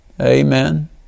Amen